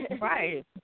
Right